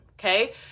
okay